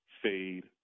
fade